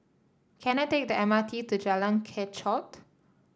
can I take the M R T to Jalan Kechot